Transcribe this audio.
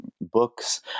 books